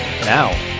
Now